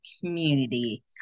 community